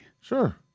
Sure